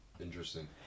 Interesting